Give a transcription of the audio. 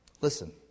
Listen